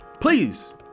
Please